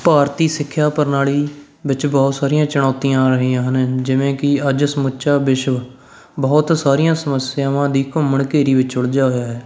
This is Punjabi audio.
ਭਾਰਤੀ ਸਿੱਖਿਆ ਪ੍ਰਣਾਲੀ ਵਿੱਚ ਬਹੁਤ ਸਾਰੀਆਂ ਚੁਣੌਤੀਆਂ ਆ ਰਹੀਆਂ ਹਨ ਜਿਵੇਂ ਕਿ ਅੱਜ ਸਮੁੱਚਾ ਵਿਸ਼ਵ ਬਹੁਤ ਸਾਰੀਆਂ ਸਮੱਸਿਆਵਾਂ ਦੀ ਘੁੰਮਣ ਘੇਰੀ ਵਿੱਚ ਉਲਝਿਆ ਹੋਇਆ ਹੈ